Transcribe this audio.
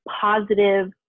positive